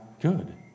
good